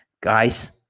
guys